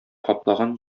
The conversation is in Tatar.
каплаган